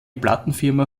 plattenfirma